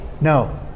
No